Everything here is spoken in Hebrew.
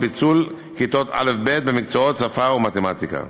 פיצול כיתות א' ב' במקצועות שפה ומתמטיקה.